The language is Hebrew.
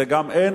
אין,